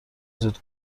زود